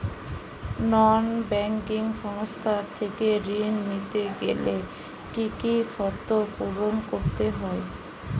নন banking সংস্থা থেকে ঋণ নিতে গেলে কি কি শর্ত পূরণ করতে হয়?